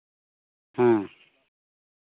ᱦᱮᱸ